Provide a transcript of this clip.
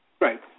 Right